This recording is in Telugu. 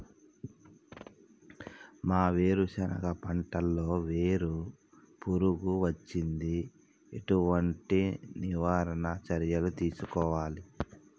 మా వేరుశెనగ పంటలలో వేరు పురుగు వచ్చింది? ఎటువంటి నివారణ చర్యలు తీసుకోవాలే?